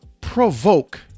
provoke